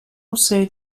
also